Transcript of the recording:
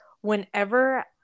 whenever